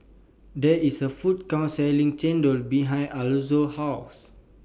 There IS A Food Court Selling Chendol behind Alonzo's House